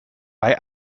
bei